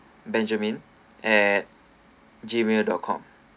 benjamin at gmail dot com